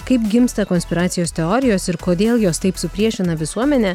kaip gimsta konspiracijos teorijos ir kodėl jos taip supriešina visuomenę